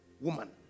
woman